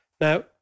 Now